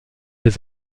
des